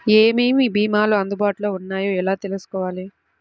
ఏమేమి భీమాలు అందుబాటులో వున్నాయో ఎలా తెలుసుకోవాలి?